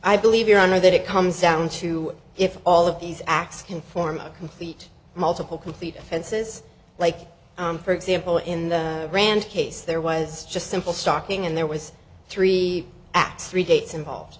i believe your honor that it comes down to if all of these acts can form a complete multiple complete offenses like i'm for example in the grand case there was just simple stalking and there was three x three dates involved